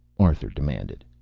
arthur demanded.